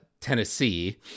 Tennessee